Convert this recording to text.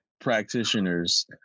practitioners